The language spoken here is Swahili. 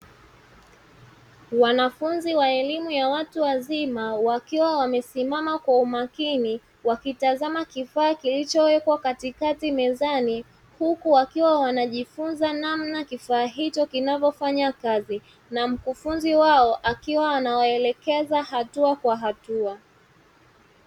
Wanafunzi wa elimu ya watu wazima wakiwa wamesimama kwa umakini wakitazama kifaa kilichowekwa katikati mezani, huku wakiwa wanajifunza namna kifaa hicho kinavyofanya kazi, na mkufunzi wao akiwa anawaelekeza hatua kwa hatua.